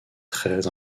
très